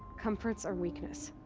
comforts are weakness.